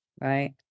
right